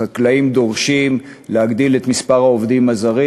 החקלאים דורשים להגדיל את מספר העובדים הזרים.